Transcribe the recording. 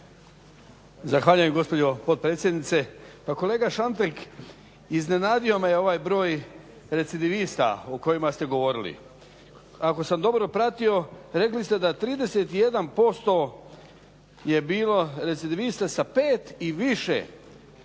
Zahvaljujem gospođo potpredsjednice. Pa kolega Šantek, iznenadio me ovaj broj recidivista o kojima ste govorili. Ako sam dobro pratio, rekli ste da 31% je bilo recidivista sa pet i više, koji su